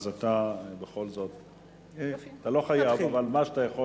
אתה לא חייב, אבל מה שאתה יכול